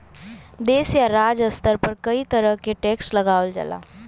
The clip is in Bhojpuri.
देश या राज्य स्तर पर कई तरह क टैक्स लगावल जाला